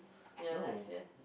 your last year